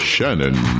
Shannon